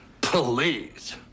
Please